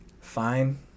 Fine